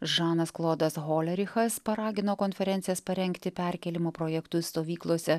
žanas klodas holerichas paragino konferencijas parengti perkėlimo projektus stovyklose